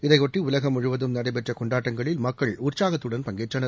இதையொட்டி உலகம் முழுவதும் நடைபெற்ற கொண்டாட்டங்களில் மக்கள் உற்சாகத்துடன் பங்கேற்றனர்